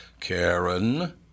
Karen